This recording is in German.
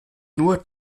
nur